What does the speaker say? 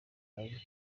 njye